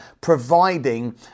providing